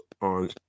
on